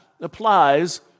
applies